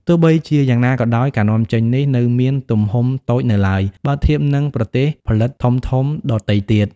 ទោះបីជាយ៉ាងណាក៏ដោយ ការនាំចេញនេះនៅមានទំហំតូចនៅឡើយ បើធៀបនឹងប្រទេសផលិតធំៗដទៃទៀត។